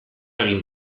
egin